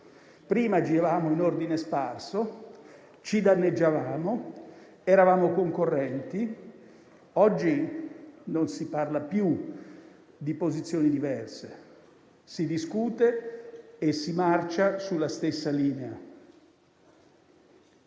prima giravamo in ordine sparso, ci danneggiavamo ed eravamo concorrenti; oggi non si parla più di posizioni diverse, ma si discute e si marcia sulla stessa linea.